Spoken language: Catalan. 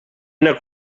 una